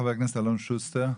חבר הכנסת אלון שוסטר.